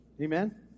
Amen